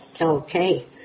Okay